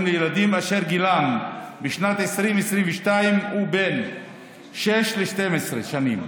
לילדים אשר גילם בשנת 2022 הוא בין שש ל-12 שנים.